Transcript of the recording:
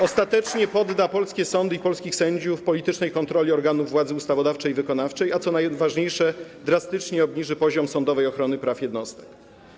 Ostatecznie podda polskie sądy i polskich sędziów politycznej kontroli organów władzy ustawodawczej i wykonawczej, a co najważniejsze, drastycznie obniży poziom sądowej ochrony praw jednostek.